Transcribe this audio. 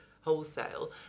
wholesale